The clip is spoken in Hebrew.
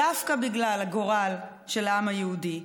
דווקא בגלל הגורל של העם היהודי,